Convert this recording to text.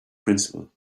principle